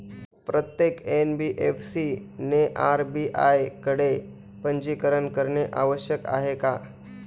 प्रत्येक एन.बी.एफ.सी ने आर.बी.आय कडे पंजीकरण करणे आवश्यक आहे का?